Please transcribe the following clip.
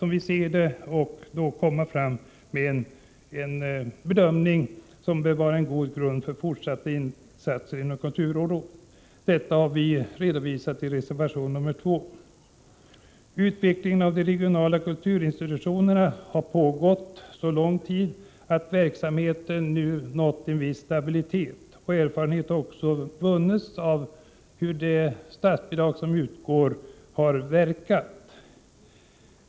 Resultatet av ett sådant utredningsarbete bör vara en god grund för fortsatta insatser inom kulturområdet. Detta har vi redovisat i reservation 2. Utvecklingen av de regionala kulturinstitutionerna har pågått så lång tid att verksamheten nu nått en viss stabilitet. Erfarenheter har vunnits av hur det statsbidrag som nu utgår har verkat.